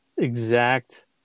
exact